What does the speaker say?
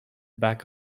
back